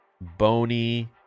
bony